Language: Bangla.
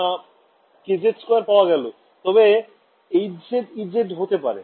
না kz 2পাওয়া গেল হর hz ez হতে পারে